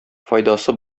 файдасы